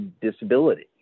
disability